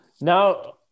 Now –